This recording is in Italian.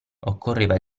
occorreva